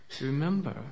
Remember